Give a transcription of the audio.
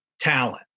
talent